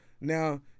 Now